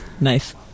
Nice